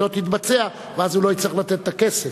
לא תתבצע ואז הוא לא יצטרך לתת את הכסף.